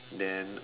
then